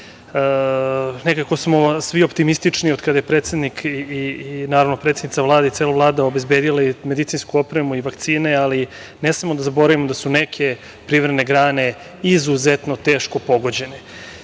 Nekako smo svi optimistični od kada je predsednik, naravno i predsednica Vlade i cela Vlada obezbedili medicinsku opremu i vakcine, ali ne smemo da zaboravimo da su neke privredne grane izuzetno teško pogođene.Među